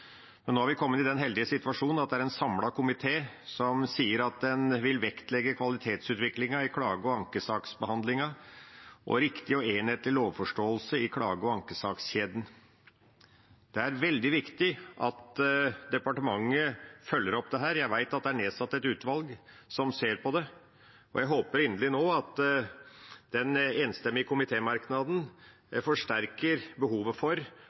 men nå er vi kommet i den heldige situasjonen at det er en samlet komité som sier at en «vil vektlegge kvalitetsutvikling i klage- og ankesaksbehandlingen og riktig og enhetlig lovforståelse i klage- og ankesakskjeden». Det er veldig viktig at departementet følger opp dette. Jeg vet at det er nedsatt et utvalg som ser på det, og jeg håper inderlig nå at denne enstemmige komitémerknaden forsterker behovet for